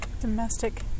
domestic